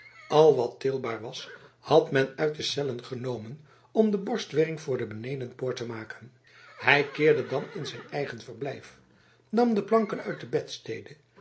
al wat tilbaar was had men uit de cellen genomen om de borstwering voor de benedenpoort te maken hij keerde dan in zijn eigen verblijf nam de planken uit de bedstede